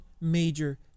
major